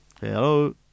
Hello